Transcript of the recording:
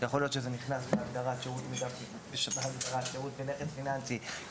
יכול להיות שזה נכנס להגדרת שירות בנכס פיננסי כי